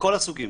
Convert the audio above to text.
מכל הסוגים